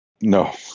No